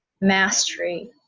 mastery